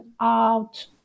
out